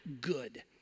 good